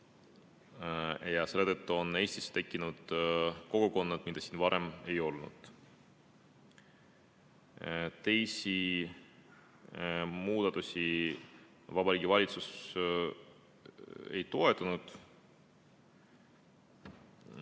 Selle tõttu on Eestis tekkinud kogukonnad, mida varem ei olnud. Teisi muudatusi Vabariigi Valitsus ei toetanud.